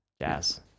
jazz